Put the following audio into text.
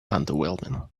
underwhelming